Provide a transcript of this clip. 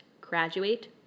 graduate